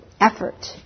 effort